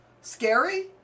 Scary